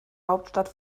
hauptstadt